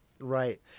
right